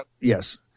yes